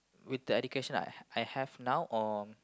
with the education I I have now or